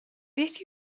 beth